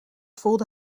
voelde